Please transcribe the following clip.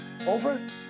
Over